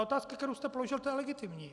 Otázka, kterou jste položil, je legitimní.